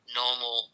normal